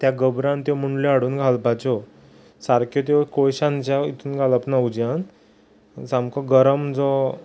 त्या गोबरान त्यो मुणल्यो हाडून घालपाच्यो सारक्यो त्यो कोळशान ज्या हितून घालप ना उज्यान सामको गरम जो